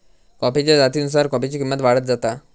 कॉफीच्या जातीनुसार कॉफीची किंमत वाढत जाता